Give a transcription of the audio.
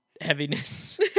heaviness